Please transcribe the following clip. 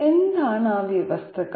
എന്താണ് ആ വ്യവസ്ഥകൾ